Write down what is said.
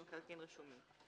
במקרקעין רשומים.